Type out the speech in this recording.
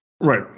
Right